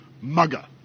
mugger